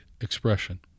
expression